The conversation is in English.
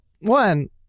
one